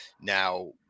Now